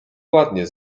ładnie